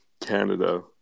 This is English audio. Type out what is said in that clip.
Canada